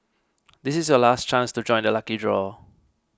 this is your last chance to join the lucky draw